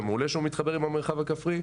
וזה מעולה שהוא מתחבר למרחב הכפרי,